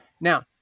Now